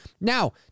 Now